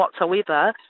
whatsoever